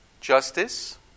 Justice